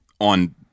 on